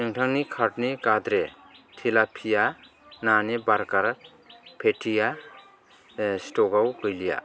नोंथांनि कार्टनि गाद्रे टिलापिया नानि बारगार पेटिया ओह स्टकआव गैलिया